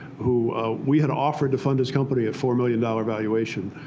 who we had offered to fund his company at four million dollars valuation.